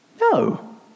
No